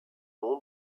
nom